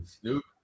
snoop